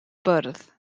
bwrdd